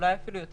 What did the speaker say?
אולי אפילו יותר,